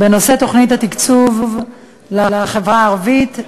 בנושא: תוכנית התקצוב לחברה הערבית,